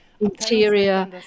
interior